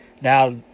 Now